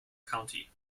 county